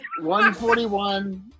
141